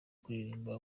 kuririmba